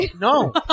No